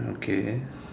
okay